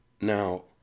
now